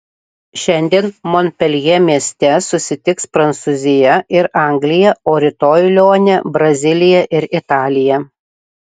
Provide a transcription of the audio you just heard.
šiandien monpeljė mieste susitiks prancūzija ir anglija o rytoj lione brazilija ir italija